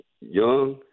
young